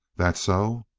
that so?